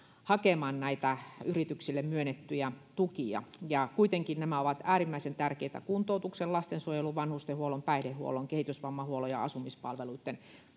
hakemaan näitä yrityksille myönnettäviä tukia ja kuitenkin nämä ovat äärimmäisen tärkeitä kuntoutuksen lastensuojelun vanhustenhuollon päihdehuollon kehitysvammahuollon ja asumispalveluitten